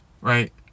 Right